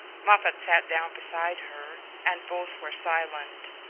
moffatt sat down beside her, and both were silent.